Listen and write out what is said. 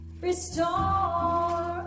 restore